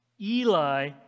Eli